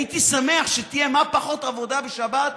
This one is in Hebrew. הייתי שמח שתהיה כמה שפחות עבודה בשבת,